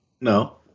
No